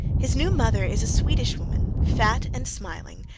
his new mother is a swedish woman, fat and smiling,